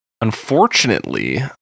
Unfortunately